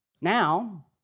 Now